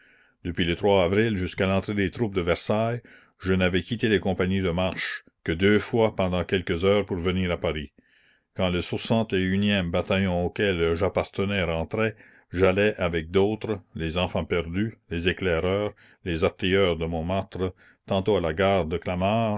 depuis le avril jusqu'à l'entrée des troupes de versailles je n'avais quitté les compagnies de marche que deux fois pendant quelques heures pour venir à paris quand le e bataillon auquel j'appartenais rentrait j'allais avec d'autres les enfants perdus les éclaireurs les artilleurs de montmartre tantôt à la gare de clamart